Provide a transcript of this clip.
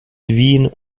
wien